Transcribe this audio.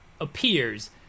appears